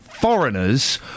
foreigners